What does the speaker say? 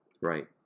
Right